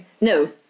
No